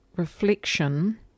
reflection